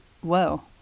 whoa